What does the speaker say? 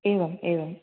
एवम् एवम्